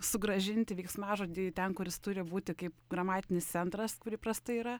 sugrąžinti veiksmažodį ten kur jis turi būti kaip gramatinis centras kur įprastai yra